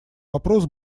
вопрос